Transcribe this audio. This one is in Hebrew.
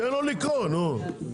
תן לו לקרוא, נו?